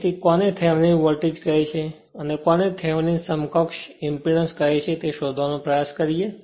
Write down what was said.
તેથી કોને Thevenin voltage કહે છે અને કોને થેવેનિન સમકક્ષ ઇંપેડન્સ કહે છે તે શોધવાનો પ્રયાસ કરો